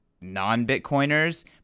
non-Bitcoiners